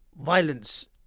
violence